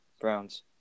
Browns